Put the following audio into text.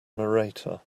narrator